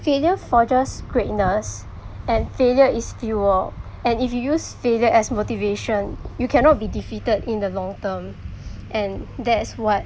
failure forges greatness and failure is fuel and if you use failure as motivation you cannot be defeated in the long term and that's what